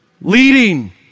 leading